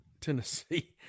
Tennessee